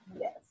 Yes